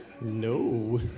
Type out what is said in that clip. No